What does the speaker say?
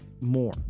more